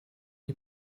nie